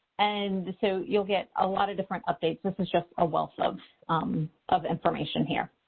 and so you'll get a lot of different updates. this is just a wealth of um of information here.